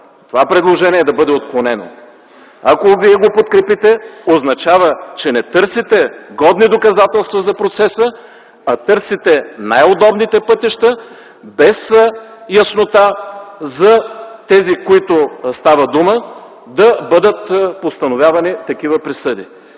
това предложение да бъде отклонено. Ако вие го подкрепите, означава, че не търсите годни доказателства за процеса, а търсите най-удобните пътища без яснота за тези, които става дума, да бъдат постановявани такива присъди.